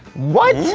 what?